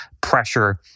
pressure